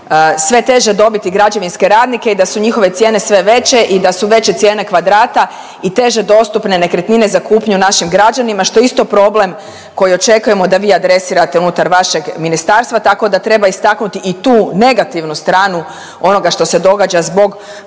sve teže dobiti građevinske radnike i da su njihove cijene sve veće i da su veće cijene kvadrata i teže dostupne nekretnine za kupnju našim građanima što je isto problem koji očekujemo da vi adresirate unutar vašeg ministarstva tako da treba istaknuti i tu negativnu stranu onoga što se događa zbog